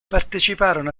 parteciparono